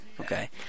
okay